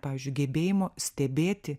pavyzdžiui gebėjimo stebėti